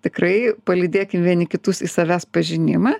tikrai palydėkim vieni kitus į savęs pažinimą